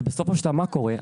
ובסופו של דבר מה קורה?